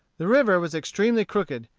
the river was extremely crooked,